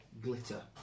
glitter